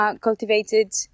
cultivated